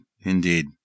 Indeed